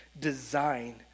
design